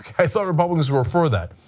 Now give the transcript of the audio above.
i thought republicans were for that.